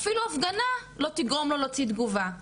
אפילו הפגנה לא תגרום לו להוציא תגובה.